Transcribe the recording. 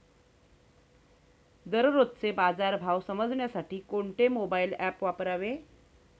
दररोजचे बाजार भाव समजण्यासाठी कोणते मोबाईल ॲप वापरावे?